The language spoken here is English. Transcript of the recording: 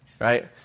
right